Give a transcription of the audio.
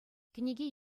кӗнеке